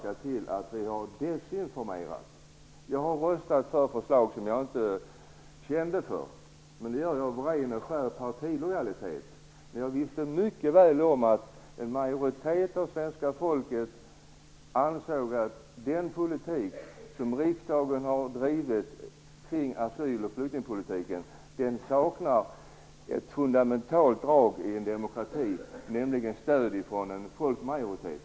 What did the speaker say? Jag erkänner att jag av ren och skär partilojalitet röstat för förslag som jag inte känt för. Jag visste då mycket väl att en majoritet av svenska folket ansåg att den politik riksdagen har fört om asyl och flyktingpolitiken saknar ett fundamentalt drag i en demokrati - nämligen stöd från en folkmajoritet.